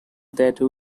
that